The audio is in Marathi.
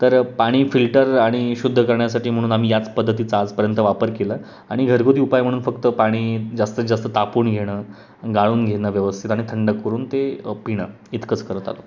तर पाणी फिल्टर आणि शुद्ध करण्यासाठी म्हणून आम्ही याच पद्धतीचा आजपर्यंत वापर केला आणि घरगुती उपाय म्हणून फक्त पाणी जास्तीत जास्त तापवून घेणं गाळून घेणं व्यवस्थित आणि थंड करून ते पिणं इतकंच करत आलो